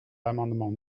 l’amendement